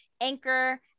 anchor